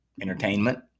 entertainment